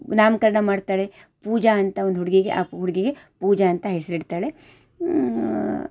ನಾಮಕರ್ಣ ಮಾಡ್ತಾಳೆ ಪೂಜಾ ಅಂತ ಒಂದು ಹುಡುಗಿಗೆ ಆ ಹುಡುಗಿಗೆ ಪೂಜಾ ಅಂತ ಹೆಸರಿಡ್ತಾಳೆ